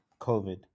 COVID